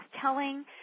telling